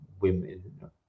women